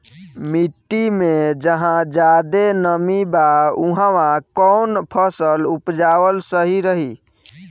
मिट्टी मे जहा जादे नमी बा उहवा कौन फसल उपजावल सही रही?